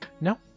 No